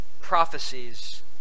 prophecies